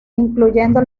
incluyendo